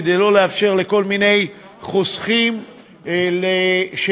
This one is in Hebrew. כדי לא לאפשר לכל מיני חוסכים שרוצים